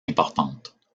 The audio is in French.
importantes